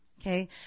Okay